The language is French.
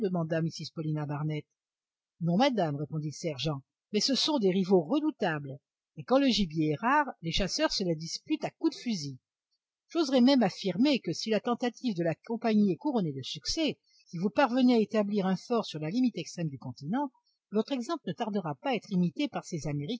mrs paulina barnett non madame répondit le sergent mais ce sont des rivaux redoutables et quand le gibier est rare les chasseurs se le disputent à coups de fusil j'oserais même affirmer que si la tentative de la compagnie est couronnée de succès si vous parvenez à établir un fort sur la limite extrême du continent votre exemple ne tardera pas à être imité par ces